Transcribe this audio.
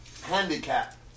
handicap